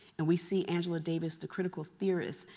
and we see angela davis, the critical theorist,